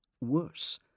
Worse